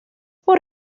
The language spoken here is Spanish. por